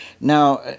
Now